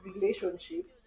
relationship